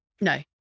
No